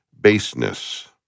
baseness